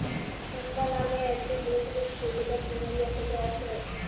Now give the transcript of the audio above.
চম্পা নামের একটি চিরসবুজ ফুল যেটা প্লুমেরিয়া থেকে আসে